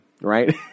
right